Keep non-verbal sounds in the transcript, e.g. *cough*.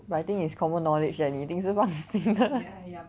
but I think is common knowledge that 你一定是放新的 *laughs*